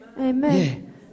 Amen